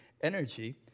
energy